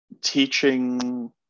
teaching